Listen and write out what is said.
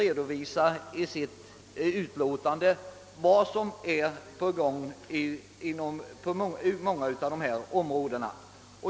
Men utskottet redovisar vad som är på gång inom många av dessa områden.